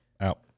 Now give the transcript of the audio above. Out